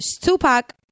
Tupac